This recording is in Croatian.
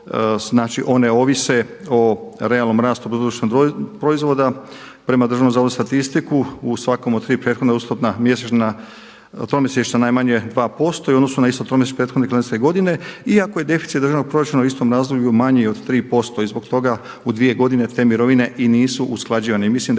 znači one ovise o realnom rastu BDP-a prema Državnom zavodu za statistiku u svakom od tri prethodna ustupna mjesečna, tromjesečna najmanje 2% i u odnosu isto tromjesečno prethodne …/Govornik se ne razumije./… godine iako je deficit državnog proračuna u istom razdoblju manji od 3% i zbog toga u dvije godine te mirovine i nisu usklađivane.